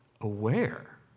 aware